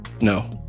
no